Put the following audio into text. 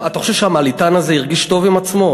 אתה חושב שהמעליתן הזה הרגיש טוב עם עצמו?